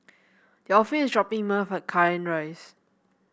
Delphine is dropping me off at Cairnhill Rise